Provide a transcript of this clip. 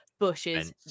Bushes